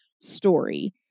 story